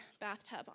bathtub